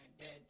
dead